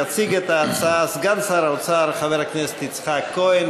יציג את ההצעה סגן שר האוצר חבר הכנסת יצחק כהן,